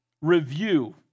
review